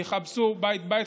שיחפשו בית-בית.